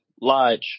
Lodge